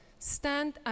stand